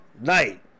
night